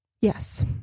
Yes